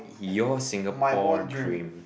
your Singapore dream